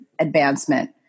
advancement